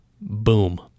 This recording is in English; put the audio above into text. Boom